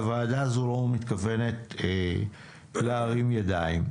הוועדה הזו לא מתכוונת להרים ידיים.